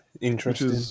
interesting